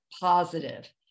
positive